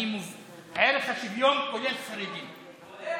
ערך השוויון כולל, אחמד,